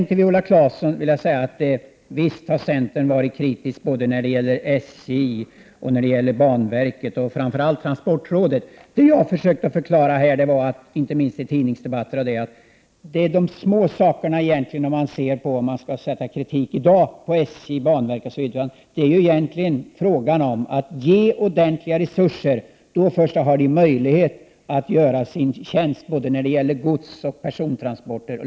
Till Viola Claesson vill jag säga att visst har centern varit kritisk när det gäller SJ och banverket — och framför allt transportrådet. Vad jag har försökt förklara, inte minst i tidningsdebatter, är att det egentligen är små saker om man i dag skall rikta kritik mot SJ, banverket osv. Vad det är fråga om är att ge ordentliga resurser. Då först har SJ och banverket möjlighet att fullgöra sina uppgifter när det gäller både godsoch persontransporter.